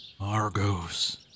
Argos